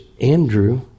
Andrew